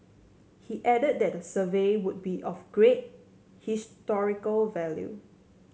he added that the survey would be of great historical value